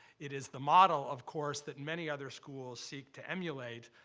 it is the model, of course, that many other schools seek to emulate,